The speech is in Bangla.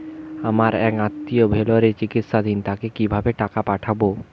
আমার এক আত্মীয় ভেলোরে চিকিৎসাধীন তাকে কি ভাবে টাকা পাঠাবো?